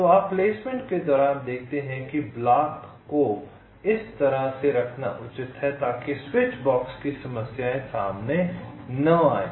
तो आप प्लेसमेंट के दौरान देखते हैं कि ब्लॉक को इस तरह से रखना उचित है ताकि स्विचबॉक्स की समस्याएं सामने न आएं